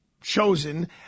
chosen